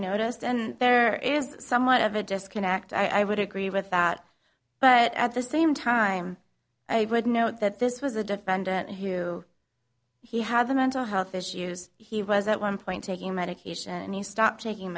noticed and there is somewhat of a disconnect i would agree with that but at the same time i would note that this was a defendant who he had a mental health issues he was at one point taking medication and he stopped taking